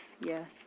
yes